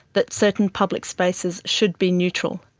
that certain public spaces should be neutral.